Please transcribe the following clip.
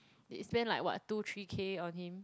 they spend like what two three K on him